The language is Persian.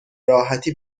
راحتی